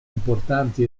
importanti